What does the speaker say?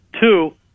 Two